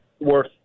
worth